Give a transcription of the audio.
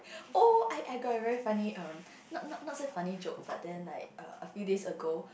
oh I I got a very funny um not not say funny joke but then like a few days ago